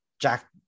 Jack